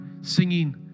singing